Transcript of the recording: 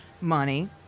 money